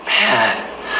Man